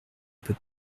peut